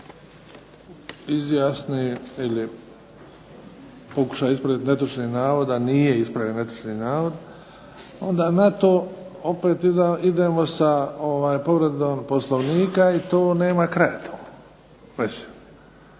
izjasni ili pokuša ispraviti netočni navod, a nije ispravio netočni navod, onda na to opet idemo sa povredom Poslovnika i to nema kraja tome.